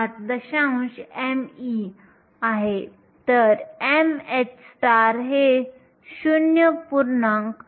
08 me mh हे 0